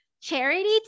charity